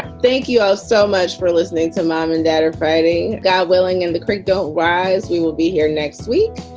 thank you ah so much for listening to mom and dad are fighting. god willing. and the creek don't rise. you will be here next week.